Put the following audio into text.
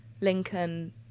Lincoln